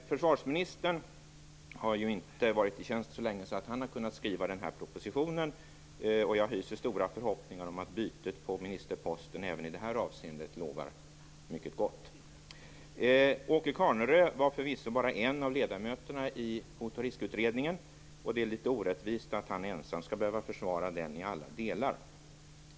Försvarsministern har inte varit i tjänst så länge att han har kunnat skriva den här propositionen, och jag hyser stora förhoppningar om att bytet på ministerposten även i det här avseendet lovar mycket gott. Åke Carnerö var förvisso bara en av ledamöterna i Hot och riskutredningen, och det är orättvist att han ensam skall behöva försvara den i alla delar.